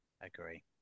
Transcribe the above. Agree